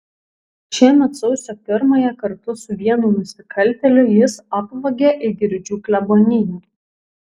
šiemet sausio pirmąją kartu su vienu nusikaltėliu jis apvogė eigirdžių kleboniją